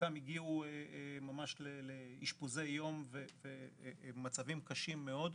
חלקם הגיעו לאשפוזי יום במצבים קשים מאוד,